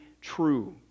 true